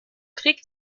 krieg